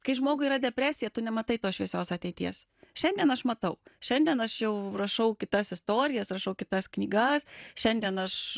kai žmogui yra depresija tu nematai tos šviesios ateities šiandien aš matau šiandien aš jau rašau kitas istorijas rašau kitas knygas šiandien aš